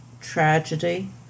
tragedy